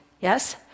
yes